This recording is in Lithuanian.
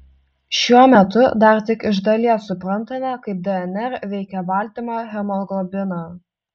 šiuo metu dar tik iš dalies suprantame kaip dnr veikia baltymą hemoglobiną